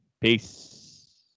Peace